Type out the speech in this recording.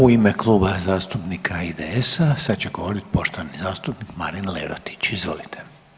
U ime Kluba zastupnika IDS-a sad će govorit poštovani zastupnik Marin Lerotić, izvolite.